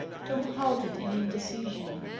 tom halted in indecision.